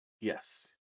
yes